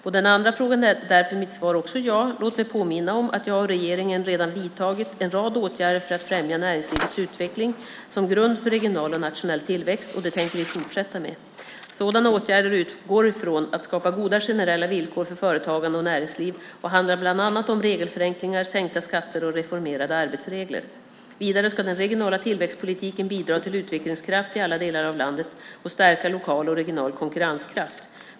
På den andra frågan är därför mitt svar också ja. Låt mig påminna om att jag och regeringen redan har vidtagit en rad åtgärder för att främja näringslivets utveckling som grund för regional och nationell tillväxt, och det tänker vi fortsätta med. Sådana åtgärder utgår från att skapa goda generella villkor för företagande och näringsliv och handlar bland annat om regelförenklingar, sänkta skatter och reformerade arbetsregler. Vidare ska den regionala tillväxtpolitiken bidra till utvecklingskraft i alla delar av landet och stärka lokal och regional konkurrenskraft.